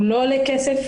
הוא לא עולה כסף.